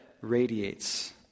radiates